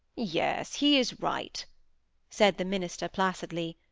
yes he is right said the minister, placidly.